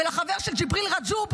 ולחבר של ג'יבריל רג'וב,